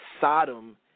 Sodom